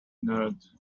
nerd